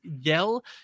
yell